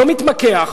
לא מתמקח,